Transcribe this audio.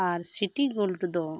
ᱟᱨ city gold ᱫᱚ